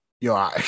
Yo